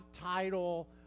title